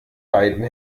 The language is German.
beiden